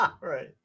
Right